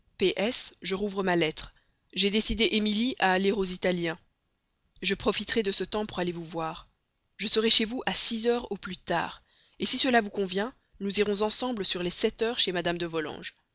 je rouvre ma lettre j'ai décidé émilie à aller aux italiens je profiterai de ce temps pour aller vous voir je serai chez vous à six heures au plus tard si cela vous convient nous irons ensemble sur les sept heures chez mme de